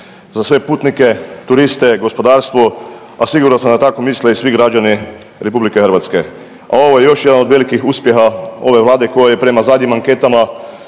za sve putnike, turiste, gospodarstvo, a siguran sam da tako misle i svi građani RH, a ovo je još jedan od velikih uspjeha ove vlade koja je prema zadnjim anketama